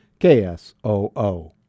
KSOO